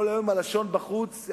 כל היום הלשון בחוץ,